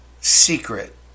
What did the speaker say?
secret